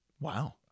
Wow